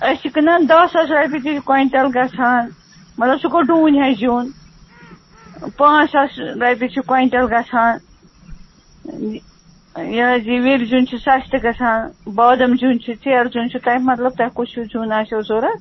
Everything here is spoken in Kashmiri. أسۍ چھِ کٕنان دَہ ساس رۄپیہِ تہِ کوینٛٹَل گَژھان مطلب سُہ گوٚو ڈوٗنۍ ہچہِ زیُن پانٛژھ ساس رۄپیہِ چھِ کوینٛٹَل گَژھان یہِ حظ یہِ وِرِ زیُن چھُ سَستہٕ تہِ گَژھان بادَم زیُن چھُ ژٮ۪رٕ زیُن چھُ تۄہہِ مطلب تۄہہِ کُس ہیو زیُن آسیو ضوٚرَتھ